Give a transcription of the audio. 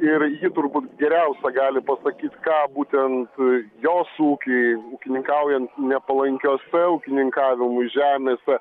ir ji turbūt geriausia gali pasakyt ką būtent jos ūky ūkininkaujant nepalankiose ūkininkavimui žemėse